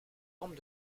formes